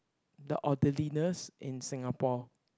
the orderliness in Singapore